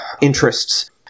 interests